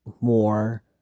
more